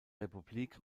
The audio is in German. republik